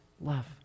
love